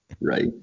Right